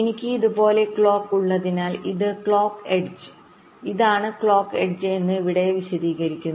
എനിക്ക് ഇതുപോലുള്ള ക്ലോക്ക് ഉള്ളതിനാൽ ഇത് ക്ലോക്ക് എഡ്ജ് ഇതാണ് ക്ലോക്ക് എഡ്ജ് എന്ന് ഇവിടെ വിശദീകരിക്കുന്നു